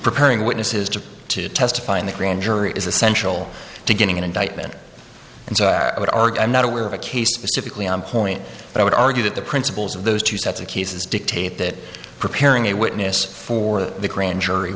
preparing witnesses to testify in the grand jury is essential to getting an indictment and so i would argue i'm not aware of a case specifically on point but i would argue that the principles of those two sets of cases dictate that preparing a witness for the grand jury